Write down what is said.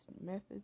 methods